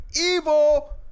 evil